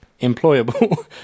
employable